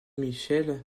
michel